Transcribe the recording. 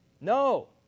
no